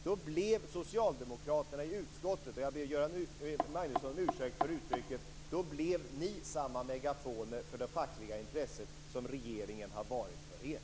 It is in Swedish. Då blev socialdemokraterna i utskottet - jag vill be Göran Magnusson om ursäkt för uttrycket - samma megafoner för det fackliga intresset som regeringen har varit för er.